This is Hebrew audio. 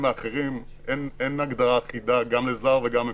האחרים אין הגדרה אחידה גם לזר וגם למקומי.